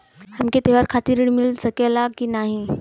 हमके त्योहार खातिर त्रण मिल सकला कि ना?